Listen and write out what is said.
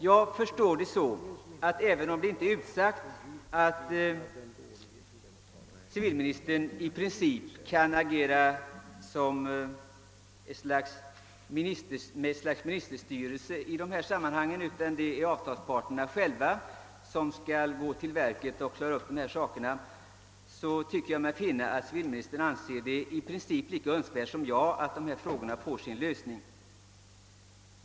Även om det inte är klart utsagt att civiministern i princip kan agera med ett slags ministerstyrelse i detta sammanhang utan att det är avtalsparterna själva som skall gå till verket för att lösa dessa frågor, tycker jag mig finna att civilministern anser det i princip lika önskvärt som jag att dessa frågor får sin lösning.